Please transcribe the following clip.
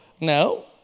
no